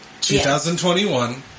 2021